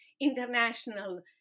international